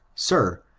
sir,